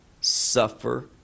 suffer